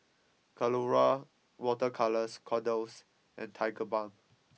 Colora Water Colours Kordel's and Tigerbalm